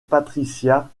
patricia